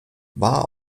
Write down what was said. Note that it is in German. war